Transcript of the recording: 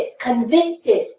convicted